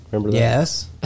Yes